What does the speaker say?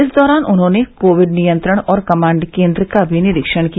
इस दौरान उन्होंने कोविड नियंत्रण और कमाण्ड केन्द्र का भी निरीक्षण किया